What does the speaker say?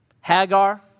Hagar